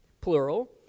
plural